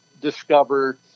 discover